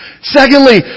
Secondly